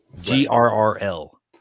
g-r-r-l